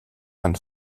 hand